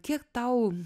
kiek tau